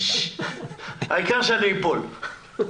העיקר שאני אפול...